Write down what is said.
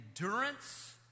endurance